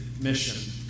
mission